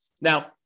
Now